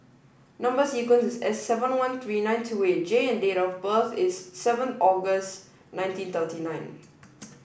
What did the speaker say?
number sequence is S seven one three five nine two eight J and date of birth is seven August nineteen thirty nine